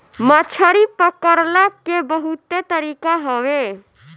मछरी पकड़ला के बहुते तरीका हवे